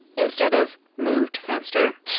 instead of moved fenster?